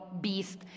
Beast